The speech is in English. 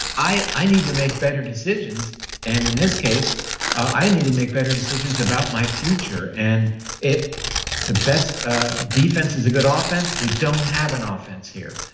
i i need to make better decisions and in this case i need to make better decisions about my future. and the best ah defense is a good ah offense. we don't have an ah offense here.